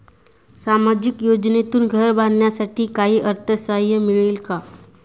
सामाजिक योजनेतून घर बांधण्यासाठी काही अर्थसहाय्य मिळेल का?